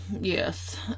yes